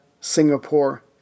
Singapore